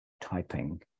typing